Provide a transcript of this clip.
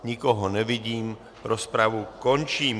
Nikoho nevidím, rozpravu končím.